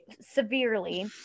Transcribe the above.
severely